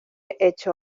hecho